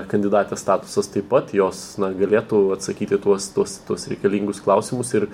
kandidatės statusas taip pat jos na galėtų atsakyt į tuos tuos tuos reikalingus klausimus ir